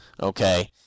Okay